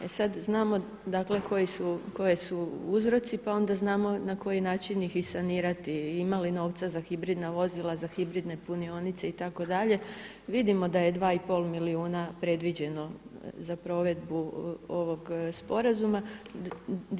E sad znamo dakle koji su uzroci, pa onda znamo na koji način ih i sanirati i ima li novca za hibridna vozila, za hibridne punionice itd. vidimo da je 2,5 milijuna predviđeno za provedbu ovog sporazuma.